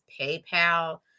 paypal